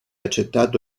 accettato